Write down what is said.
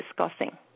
discussing